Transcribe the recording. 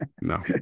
No